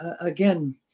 again